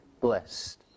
blessed